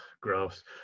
gross